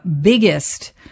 biggest